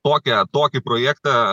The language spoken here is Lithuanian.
tokią tokį projektą